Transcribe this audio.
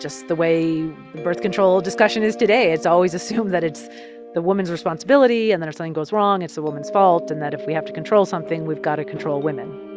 just the way birth control discussion is today. it's always assumed that it's the woman's responsibility, and that if something goes wrong, it's the woman's fault, and that if we have to control something, we've got to control women